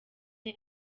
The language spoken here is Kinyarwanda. ane